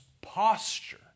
posture